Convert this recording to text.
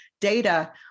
data